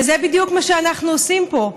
וזה בדיוק מה שאנחנו עושים פה,